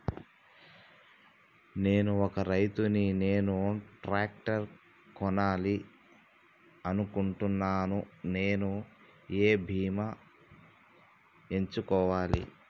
నేను ఒక రైతు ని నేను ట్రాక్టర్ కొనాలి అనుకుంటున్నాను నేను ఏ బీమా ఎంచుకోవాలి?